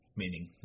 meaning